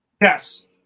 Yes